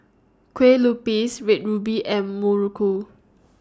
Kueh Lupis Red Ruby and Muruku